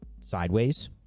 sideways